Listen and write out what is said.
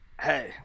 Hey